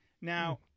Now